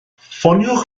ffoniwch